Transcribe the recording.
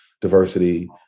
diversity